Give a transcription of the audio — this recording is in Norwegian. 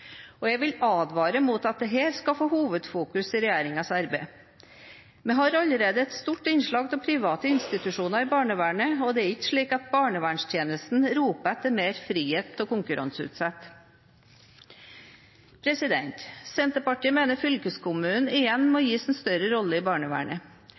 Jeg vil advare mot at dette skal få hovedfokus i regjeringens arbeid. Vi har allerede et stort innslag av private institusjoner i barnevernet, og det er ikke slik at barnevernstjenesten roper etter mer frihet til å konkurranseutsette. Senterpartiet mener fylkeskommunene igjen må